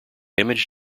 image